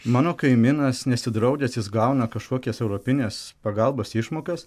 mano kaimynas nesidraudęs jis gauna kažkokias europinės pagalbos išmokas